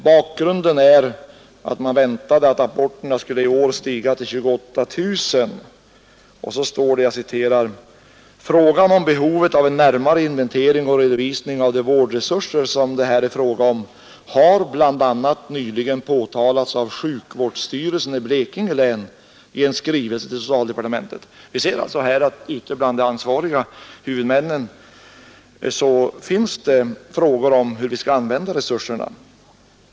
Bakgrunden till tillsättningen var att man väntade att antalet aborter i år skulle stiga till 28 000. Och så heter det ”Frågan om behovet av en närmare inventering och redovisning av de vårdresurser som det här är fråga om har bl.a. nyligen påtalats av sjukvårdsstyrelsen i Blekinge län i en skrivelse till socialdepartementet.” Vi ser alltså här att ute bland de ansvariga huvudmännen finns det frågor om hur vi använder resurserna.